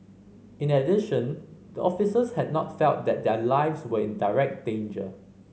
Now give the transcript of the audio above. in addition the officers had not felt that their lives were in direct danger